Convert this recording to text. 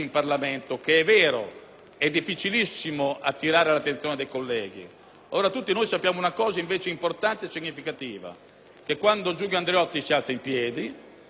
è difficilissimo attirare l'attenzione dei colleghi. Tutti noi invece sappiamo una cosa importante e significativa, ossia che quando Giulio Andreotti si alza in piedi, quando parla,